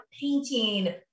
painting